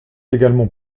également